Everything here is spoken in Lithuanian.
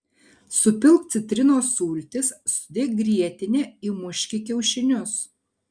supilk citrinos sultis sudėk grietinę įmuški kiaušinius